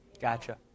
Gotcha